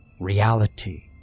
Reality